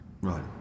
right